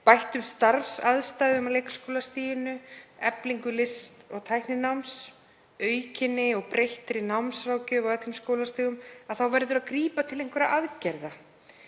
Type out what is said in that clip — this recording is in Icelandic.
bættum starfsaðstæðum á leikskólastiginu, eflingu list- og tæknináms, aukinni og breyttri námsráðgjöf á öllum skólastigum, verður að grípa til einhverra aðgerða.